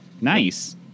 Nice